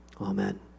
Amen